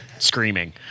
screaming